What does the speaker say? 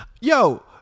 Yo